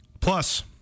Plus